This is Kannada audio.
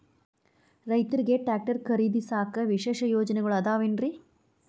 ರೈತರಿಗೆ ಟ್ರ್ಯಾಕ್ಟರ್ ಖರೇದಿಸಾಕ ವಿಶೇಷ ಯೋಜನೆಗಳು ಅದಾವೇನ್ರಿ?